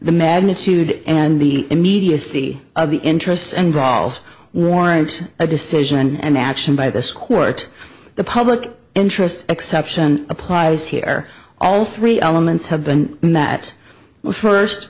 the magnitude and the immediacy of the interests involved warrant a decision and action by this court the public interest exception applies here all three elements have been in that first